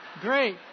great